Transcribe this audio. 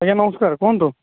ଆଜ୍ଞା ନମସ୍କାର କୁହନ୍ତୁ